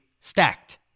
stacked